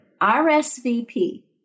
RSVP